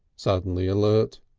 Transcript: suddenly alert.